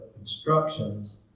instructions